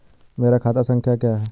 मेरा खाता संख्या क्या है?